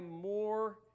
more